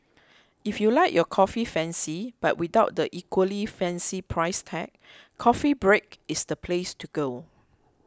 if you like your coffee fancy but without the equally fancy price tag Coffee Break is the place to go